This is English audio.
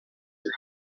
your